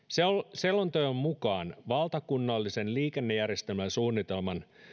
selonteon mukaan valtakunnallisen liikennejärjestelmäsuunnitelman